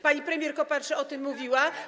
Pani premier Kopacz o tym mówiła.